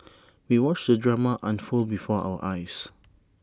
we watched the drama unfold before our eyes